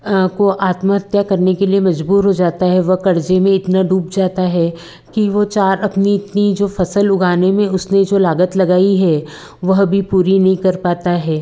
को आत्महत्या करने के लिए मजबूर हो जाता है वह क़र्ज़े में इतना डूब जाता है कि वो चार अपनी अपनी इतनी जो फ़सल उगाने में उसने जो लागत लगाई है वह भी पूरी नहीं कर पाता है